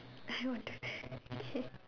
I want to